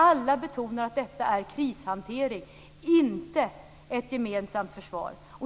Alla betonar att detta är krishantering, inte ett gemensamt försvar.